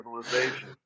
civilization